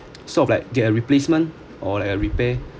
sort of like get a replacement or like a repair